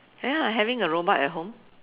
ya having a robot at home